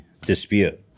dispute